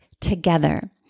together